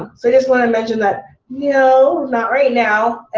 um so i just want to mention that no, not right now.